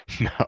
No